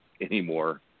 anymore